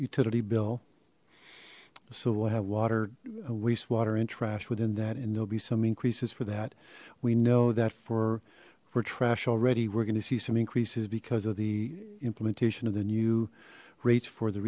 utility bill so we'll have water wastewater in trash within that and there'll be some increases for that we know that for for trash already we're going to see some increases because of the implementation of the new rates for the